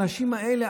האנשים האלה,